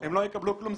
הם לא יקבלו כלום.